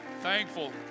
thankful